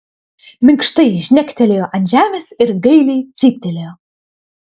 minkštai žnektelėjo ant žemės ir gailiai cyptelėjo